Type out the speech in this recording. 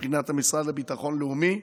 מבחינת המשרד לביטחון לאומי,